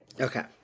Okay